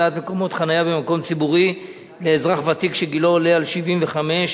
הקצאת מקומות חנייה במקום ציבורי לאזרח ותיק שגילו עולה על 75),